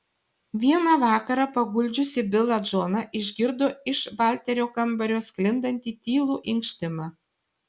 vieną vakarą paguldžiusi bilą džoną išgirdo iš valterio kambario sklindantį tylų inkštimą